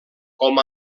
com